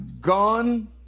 gone